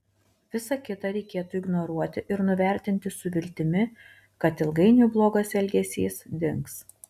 visa kita reikėtų ignoruoti ir nuvertinti su viltimi kad ilgainiui blogas elgesys dings